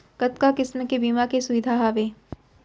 कतका किसिम के बीमा के सुविधा हावे?